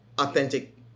authentic